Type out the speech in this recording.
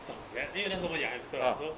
照约应为那时候我杨 hamster so